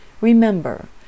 Remember